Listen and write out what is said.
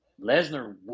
Lesnar